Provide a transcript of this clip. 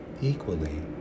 Equally